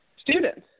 students